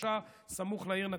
בחורשה סמוך לעיר.